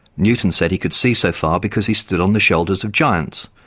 newton said he could see so far because he stood on the shoulders of giants,